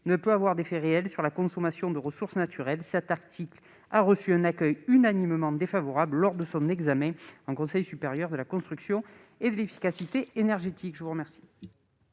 ne peut avoir d'effet réel sur la consommation de ressources naturelles. L'article 54 a reçu un accueil unanimement défavorable de la part du Conseil supérieur de la construction et de l'efficacité énergétique. La parole